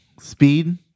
speed